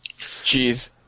Jeez